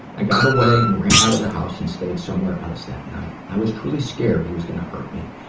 i got away and ran out of the house and stayed somewhere else that night. i was truly scared he was gonna hurt me.